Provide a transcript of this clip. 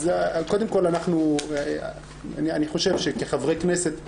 אז קודם כל אני חושב שכחברי כנסת,